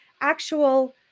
actual